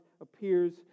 appears